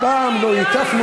לא אלים?